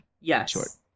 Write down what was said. yes